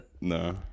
No